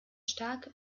starke